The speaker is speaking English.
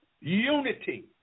unity